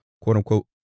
quote-unquote